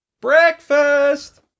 Breakfast